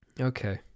Okay